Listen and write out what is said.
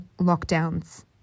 lockdowns